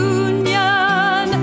union